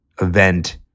event